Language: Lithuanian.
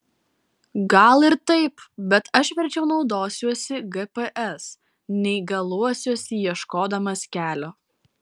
gal ir taip bet aš verčiau naudosiuosi gps nei galuosiuosi ieškodamas kelio